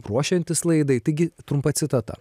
ruošiantis laidai taigi trumpa citata